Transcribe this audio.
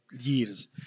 years